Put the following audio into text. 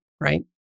right